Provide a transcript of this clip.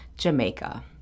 Jamaica